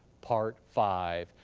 part five.